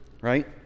right